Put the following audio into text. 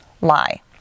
lie